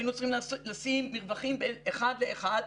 היינו צריכים לשים מרווחים בין אחד לאחד,